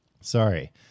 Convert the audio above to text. sorry